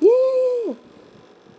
ya ya ya ya